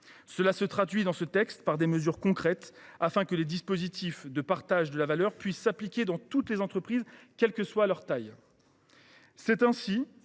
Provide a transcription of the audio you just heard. Ils se traduisent par des mesures concrètes afin que les dispositifs de partage de la valeur puissent s’appliquer dans toutes les entreprises, quelle que soit leur taille.